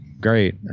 great